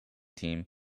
team